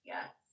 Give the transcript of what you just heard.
Yes